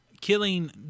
killing